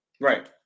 Right